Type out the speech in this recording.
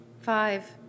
five